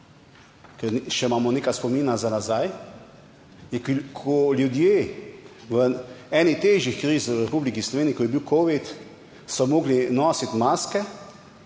ker še imamo nekaj spomina za nazaj in ko ljudje v eni težjih kriz v Republiki Sloveniji, ko je bil covid, so morali nositi maske,